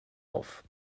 auf